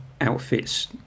outfits